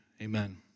amen